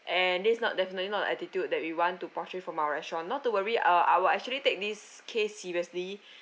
and this is not definitely not an attitude that we want to portray from our restaurant not too worried uh I will actually take this case seriously